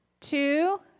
two